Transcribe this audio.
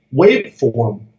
waveform